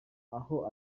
aho